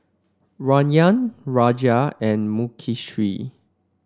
Rajan Raja and Mukesh